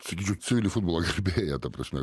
sakyčiau civilį futbolo gerbėją ta prasme